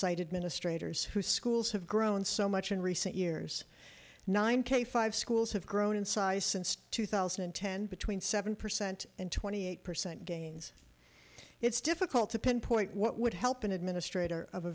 site administrators who schools have grown so much in recent years nine k five schools have grown in size since two thousand and ten between seven percent and twenty eight percent gains it's difficult to pinpoint what would help an administrator of a